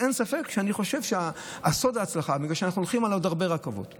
אין ספק שאני חושב שסוד ההצלחה הוא בזה שאנחנו הולכים לעוד הרבה רכבות,